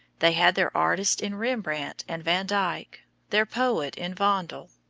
they had their artists in rembrandt and vandyke, their poet in vondel.